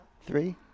Three